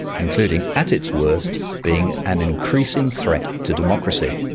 including, at its worst, being an increasing threat to democracy.